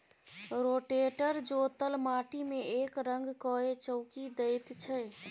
rotator जोतल माटि मे एकरंग कए चौकी दैत छै